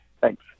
Thanks